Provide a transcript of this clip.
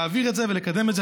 ולהעביר את זה ולקדם את זה.